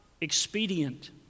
expedient